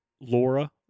Laura